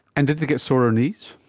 and did they get sorer knees?